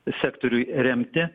sektoriui remti